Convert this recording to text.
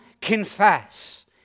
confess